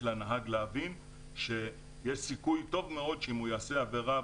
לנהג להבין שיש סיכוי טוב מאוד שאם הוא יעשה עבירה,